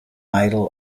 idol